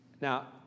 Now